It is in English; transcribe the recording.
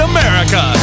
America